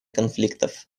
конфликтов